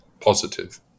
positive